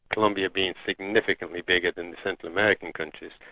colombia being significantly bigger than the central american countries.